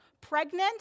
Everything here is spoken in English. pregnant